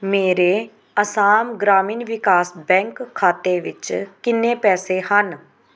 ਮੇਰੇ ਅਸਾਮ ਗ੍ਰਾਮੀਣ ਵਿਕਾਸ ਬੈਂਕ ਖਾਤੇ ਵਿੱਚ ਕਿੰਨੇ ਪੈਸੇ ਹਨ